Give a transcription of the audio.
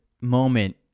moment